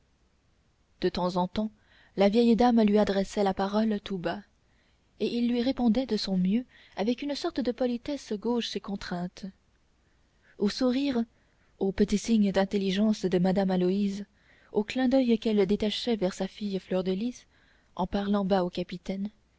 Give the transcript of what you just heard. de temps en temps la vieille dame lui adressait la parole tout bas et il lui répondait de son mieux avec une sorte de politesse gauche et contrainte aux sourires aux petits signes d'intelligence de madame aloïse aux clins d'yeux qu'elle détachait vers sa fille fleur de lys en parlant bas au capitaine